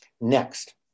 Next